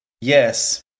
yes